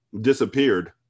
disappeared